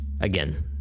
Again